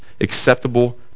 acceptable